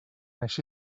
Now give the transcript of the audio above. així